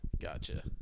gotcha